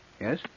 Yes